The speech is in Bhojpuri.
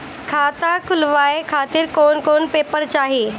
खाता खुलवाए खातिर कौन कौन पेपर चाहीं?